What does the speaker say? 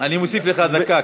אני מוסיף לך דקה,